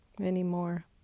anymore